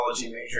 major